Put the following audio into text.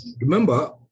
Remember